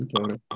Okay